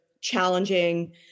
challenging